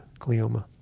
glioma